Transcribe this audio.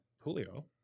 Julio